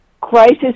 Crisis